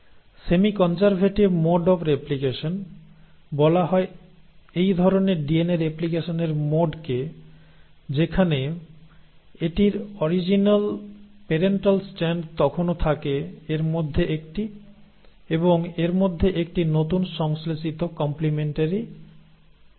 semi conservative mode of replication বলা হয় এই ধরনের ডিএনএ রেপ্লিকেশন এর মোডকে যেখানে এটির অরিজিনাল প্যারেন্টাল স্ট্র্যান্ড তখনও থাকে এর মধ্যে একটি এবং এর মধ্যে একটি নতুন সংশ্লেষিত কম্প্লেমেন্টারিটির কারণে